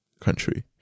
country